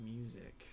music